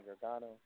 Gargano